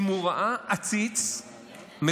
האם הוא ראה עציץ מדבר,